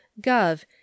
Gov